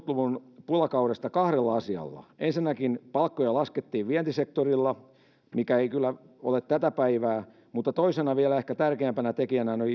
luvun pulakaudesta kahdella asialla ensinnäkin palkkoja laskettiin vientisektorilla mikä ei kyllä ole tätä päivää mutta toisena vielä ehkä tärkeämpänä tekijänä